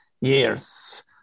years